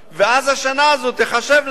ואז השנה הזו תיחשב להם